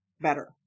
better